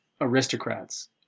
Aristocrats